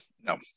No